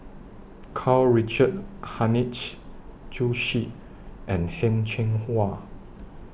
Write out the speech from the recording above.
Karl Richard Hanitsch Zhu Xu and Heng Cheng Hwa